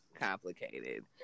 complicated